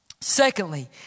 Secondly